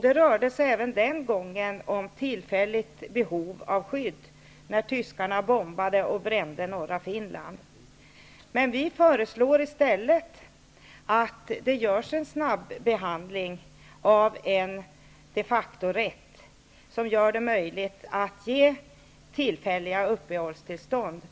Det rörde sig även den gången om tillfälligt behov av skydd, då tyskarna bombade och brände norra Finland. Vi föreslår i stället att det görs en snabb behandling av en de facto-rätt som gör det möjligt att ge tillfälliga uppehållstillstånd